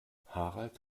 harald